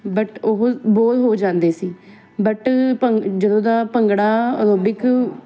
but ਉਹ bore ਹੋ ਜਾਂਦੇ ਸੀ ਬਟ ਭੰਗ ਜਦੋਂ ਦਾ ਭੰਗੜਾ ਐਰੋਬਿਕ